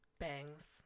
bangs